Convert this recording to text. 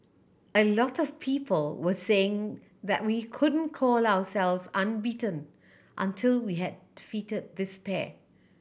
a lot of people were saying that we couldn't call ourselves unbeaten until we had defeated this pair